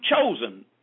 chosen